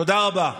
תודה רבה.